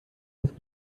das